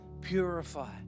purify